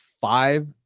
five